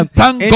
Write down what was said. thank